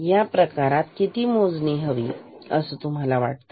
ह्या प्रकारात किती मोजणी हवी अस तुम्हाला वाटतं